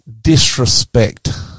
disrespect